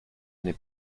n’est